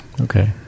Okay